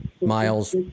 miles